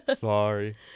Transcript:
Sorry